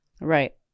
Right